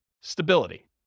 stability